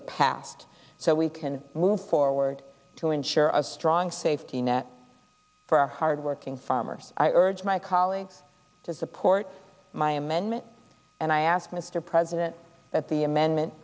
the past so we can move forward to ensure a strong safety net for our hardworking farmers i urge my colleagues to support my amendment and i ask mr president at the amendment